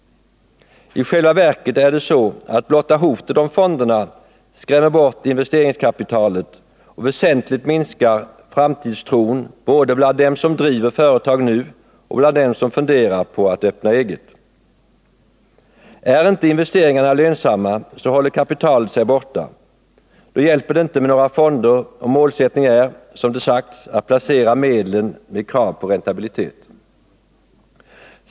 I själva verket är det så att blotta hotet om fonderna skrämmer bort investeringskapitalet och väsentligt minskar framtidstron både bland dem som driver företag nu och bland dem som funderar på att öppna eget. Är inte investeringarna lönsamma, håller kapitalet sig borta. Då hjälper det inte med några fonder om målsättningen är — som det sagts — att placera medlen med krav på räntabilitet.